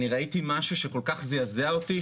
אני ראיתי משהו שכל כך זעזע אותי,